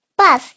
bus